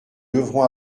devrons